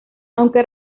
aunque